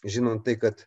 žinant tai kad